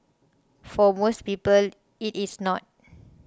for most people it is not